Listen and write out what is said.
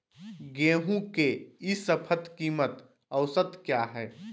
गेंहू के ई शपथ कीमत औसत क्या है?